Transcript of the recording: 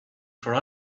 for